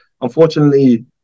Unfortunately